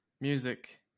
music